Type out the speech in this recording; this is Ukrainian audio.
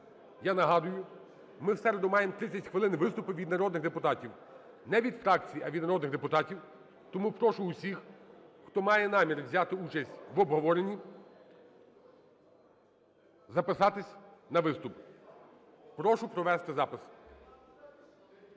я нагадую, ми в середу маємо 30 хвилин на виступи від народних депутатів, не від фракцій, а від народних депутатів. Тому прошу всіх, хто має намір взяти участь в обговоренні, записатись на виступ. Прошу провести запис.